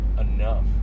enough